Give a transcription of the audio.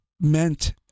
meant